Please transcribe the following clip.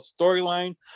storyline